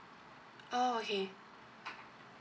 oh okay